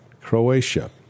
Croatia